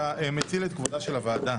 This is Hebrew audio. אתה מציל את כבודה של הוועדה.